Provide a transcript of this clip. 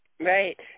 Right